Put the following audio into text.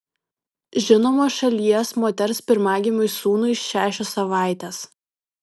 žinomos šalies moters pirmagimiui sūnui šešios savaitės